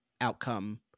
outcome